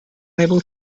able